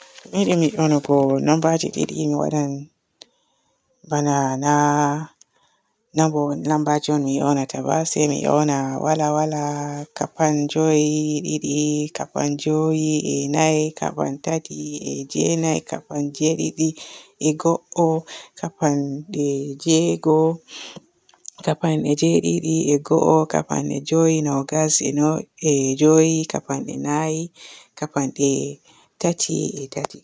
Mi yiɗi mi yoonogo lambaji didi mi waadan bana na lamba-lambaji on mi yoonata ba. Se mi yoona waala waala, kapan joowi, didi, kapan joowi e nayi, kapan tati e jenayi, kapan jedidi e go'o, kapan de jeego, kapande jedidi e go'o, kapan e joowi, nogas e no, e joowi, kapan e nayi, kapan e tati e tati.